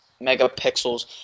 megapixels